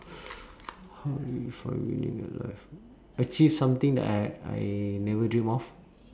how would you define winning in life achieve something that I I never dream of